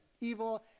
evil